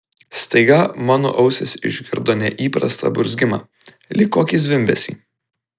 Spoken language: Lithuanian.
staiga mano ausis išgirdo neįprastą burzgimą lyg kokį zvimbesį